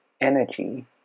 energy